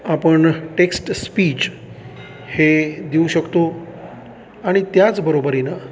आपण text speech हे देऊ शकतो आणि त्याचबरोबरीनं